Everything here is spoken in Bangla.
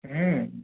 হুম